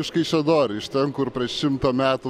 iš kaišiadorių iš ten kur prieš šimtą metų